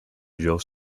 joe